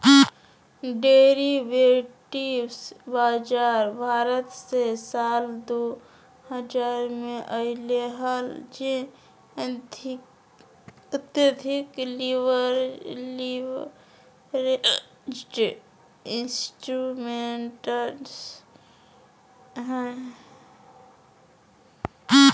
derivatives बाजार भारत मे साल दु हजार मे अइले हल जे अत्यधिक लीवरेज्ड इंस्ट्रूमेंट्स हइ